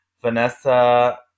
Vanessa